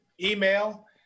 email